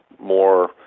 more